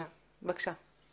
בבקשה.